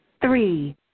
Three